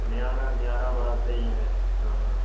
नजारा नजारा बड़ा स्हेई ऐ आं